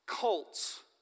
cults